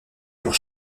pour